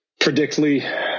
predictly